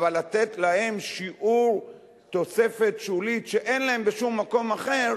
אבל לתת להם שיעור תוספת שולית שאין להם בשום מקום אחר,